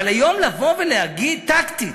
אבל היום לבוא ולהגיד, טקטית,